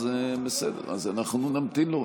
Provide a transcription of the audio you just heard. בסדר, אנחנו נמתין.